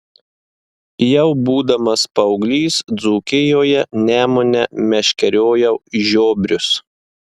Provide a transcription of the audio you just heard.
jau būdamas paauglys dzūkijoje nemune meškeriojau žiobrius